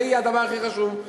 זה יהיה הדבר הכי חשוב.